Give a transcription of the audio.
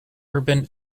urban